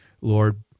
Lord